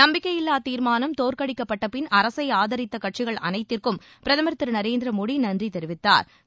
நம்பிக்கையில்லா தீர்மானம் தோற்கடிக்கப்பட்டபின் அரசை ஆதரித்த கட்சிகள் அனைத்திற்கும் பிரதமா் திரு நரேந்திர மோடி நன்றி தெரிவித்தாா்